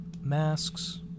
masks